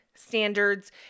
standards